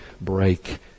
break